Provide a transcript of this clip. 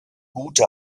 gute